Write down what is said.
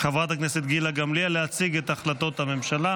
חברת הכנסת גילה גמליאל להציג את החלטות הממשלה.